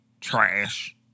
Trash